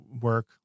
work